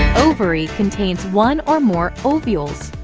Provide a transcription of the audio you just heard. ovary contains one or more ovules.